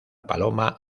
paloma